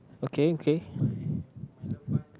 okay okay